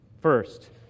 first